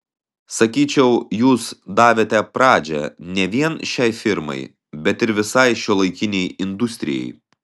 sakyčiau jūs davėte pradžią ne vien šiai firmai bet ir visai šiuolaikinei industrijai